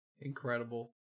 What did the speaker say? Incredible